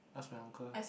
ask my uncle ah